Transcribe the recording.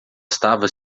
estava